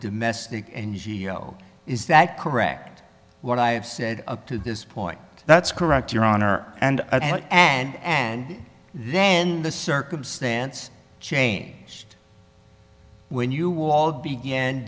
domestic and geo is that correct what i have said up to this point that's correct your honor and and and then the circumstance changed when you all began